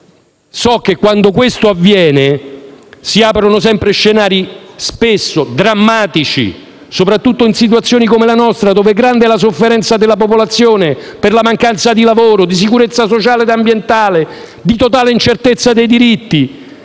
so che, quando questo avviene, si aprono sempre scenari spesso drammatici, soprattutto in situazioni come la nostra, dove grande è la sofferenza della popolazione per la mancanza di lavoro, di sicurezza sociale e ambientale e per la totale incertezza dei diritti.